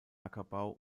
ackerbau